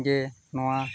ᱜᱮ ᱱᱚᱣᱟ